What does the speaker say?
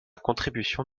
contribution